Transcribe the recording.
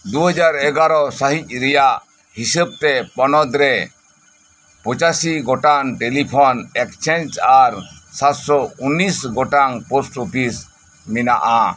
ᱫᱩᱦᱟᱡᱟᱨ ᱮᱜᱟᱨᱚ ᱥᱟᱦᱤᱡ ᱨᱮᱭᱟᱜ ᱦᱤᱥᱟᱹᱵ ᱛᱮ ᱯᱚᱱᱚᱛ ᱨᱮ ᱯᱚᱪᱟᱥᱤ ᱜᱚᱴᱟᱝ ᱴᱮᱞᱤ ᱯᱷᱚᱱ ᱮᱠᱪᱮᱱᱡ ᱟᱨ ᱥᱟᱛᱥᱚ ᱩᱱᱱᱤᱥ ᱜᱚᱴᱟᱝ ᱯᱚᱥᱴ ᱚᱯᱤᱥ ᱢᱮᱱᱟᱜᱼᱟ